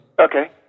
Okay